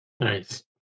Nice